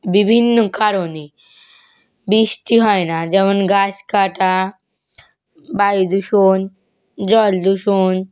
বিভিন্ন কারণে বৃষ্টি হয় না যেমন গাছ কাটা বায়ু দূষণ জল দূষণ